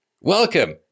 Welcome